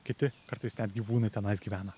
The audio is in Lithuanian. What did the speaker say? kiti kartais net gyvūnai tenais gyvena